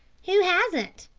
who hasn't?